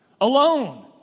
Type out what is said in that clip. Alone